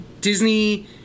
Disney